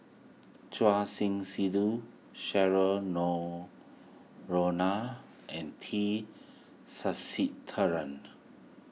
Choor Singh Sidhu and T Sasitharan